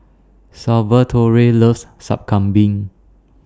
Salvatore loves Sup Kambing